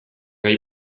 gai